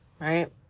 right